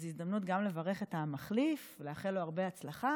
זו הזדמנות גם לברך את המחליף ולאחל לו הרבה הצלחה.